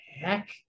heck